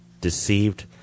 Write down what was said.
deceived